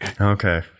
Okay